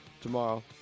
tomorrow